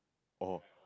oh